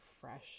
fresh